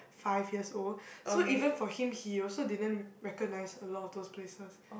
five years old so even for him he also didn't recognise a lot of those place was